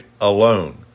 alone